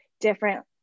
different